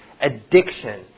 Addiction